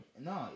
No